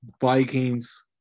Vikings